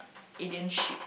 alien ship